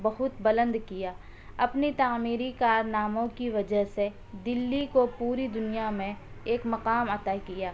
بہت بلند کیا اپنی تعمیری کارناموں کی وجہ سے دلی کو پوری دنیا میں ایک مقام عطا کیا